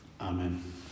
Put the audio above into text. Amen